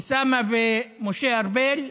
אוסאמה ומשה ארבל,